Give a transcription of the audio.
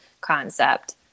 concept